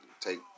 take